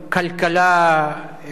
כלכלה,